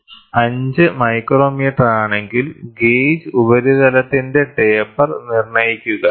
5 µm ആണെങ്കിൽ ഗേജ് ഉപരിതലത്തിന്റെ ടേപ്പർ നിർണ്ണയിക്കുക